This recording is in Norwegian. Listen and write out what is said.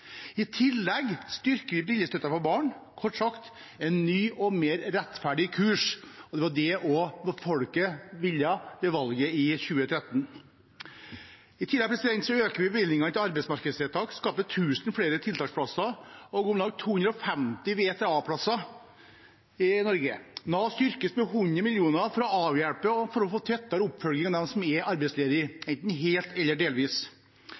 I tillegg styrker vi brillestøtten for barn. Kort sagt: Det er en ny og mer rettferdig kurs. Det var det folket også ville ved valget tidligere i høst. I tillegg øker vi bevilgningen til arbeidsmarkedstiltak og skaper 1 000 flere tiltaksplasser og om lag 250 flere VTA-plasser i Norge. Nav styrkes med 100 mill. kr for å avhjelpe og få en tettere oppfølging av dem som er enten helt eller delvis